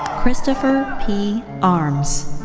christopher p. arms.